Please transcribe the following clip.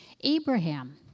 Abraham